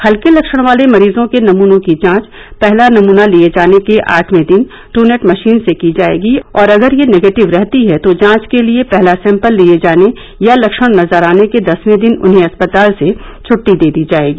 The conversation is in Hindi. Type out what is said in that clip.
हल्के लक्षण वाले मरीजों के नमनों की जांच पहला नमना लिये जाने के आठवें दिन ट्रनैट मशीन से की जायेगी और अगर ये निगेटिव रहती है तो जांच के लिए पहला सैम्पल लिये जाने या लक्षण नजर आने के दसवें दिन उन्हें अस्पताल से छटटी दे दी जाएगी